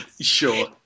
sure